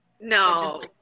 No